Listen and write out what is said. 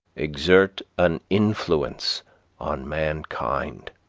exert an influence on mankind.